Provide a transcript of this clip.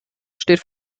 steht